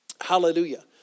Hallelujah